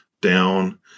down